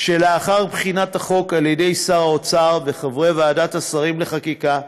שלאחר בחינת החוק על-ידי שר האוצר וחברי ועדת השרים לחקיקה,